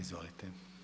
Izvolite.